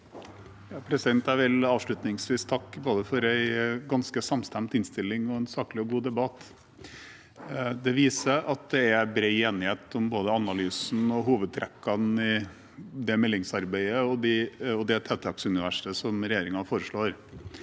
Jeg vil avslut- ningsvis takke for en ganske samstemt innstilling og en saklig og god debatt. Det viser at det er bred enighet om både analysen og hovedtrekkene i det meldingsarbeidet og det tetthetsuniverset som regjeringen foreslår.